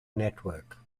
network